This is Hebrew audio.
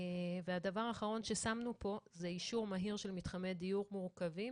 הדבר האחרון ששמנו פה זה אישור מהיר של מתחמי דיור מורכבים